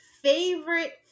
favorite